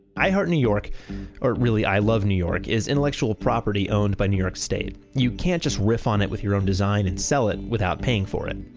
i heart new york or really i love new york is intellectual property owned by new york state. you can't just riff on it with your own design and sell it without paying for it.